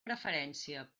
preferència